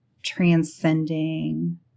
Transcending